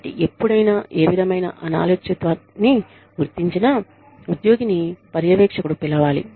కాబట్టి ఎప్పుడైనా ఏ విధమైన అనాలోచితాన్ని గుర్తించినా ఉద్యోగిని పర్యవేక్షకుడు పిలవాలి